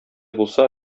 булса